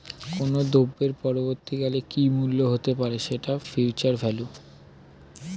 কোনো দ্রব্যের পরবর্তী কালে কি মূল্য হতে পারে, সেটা ফিউচার ভ্যালু